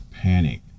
panic